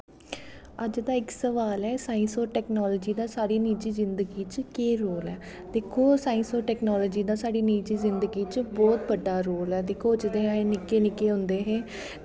अज्ज दा इस सवाल ऐ साईंस ते टैकनॉलजी दा साढ़ी जिंदगी च केह् रोल ऐ ते को साईंस ऐंड़ टैकनॉलजी दा साढ़ी जिन्दगी च बौह्त बड्डा रोल ऐ दिक्खो जदूं अस निक्के निक्के होंदे हे